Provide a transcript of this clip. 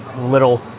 little